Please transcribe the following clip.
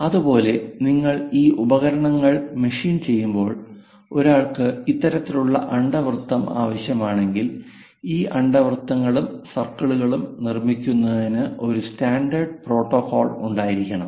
അതുപോലെ നിങ്ങൾ ഈ ഉപകരണങ്ങൾ മെഷീൻ ചെയ്യുമ്പോൾ ഒരാൾക്ക് ഇത്തരത്തിലുള്ള അണ്ഡവൃത്തം ആവശ്യമാണെങ്കിൽ ഈ അണ്ഡവൃത്തങ്ങളും സർക്കിളുകളും നിർമ്മിക്കുന്നതിന് ഒരു സ്റ്റാൻഡേർഡ് പ്രോട്ടോക്കോൾ ഉണ്ടായിരിക്കണം